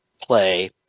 play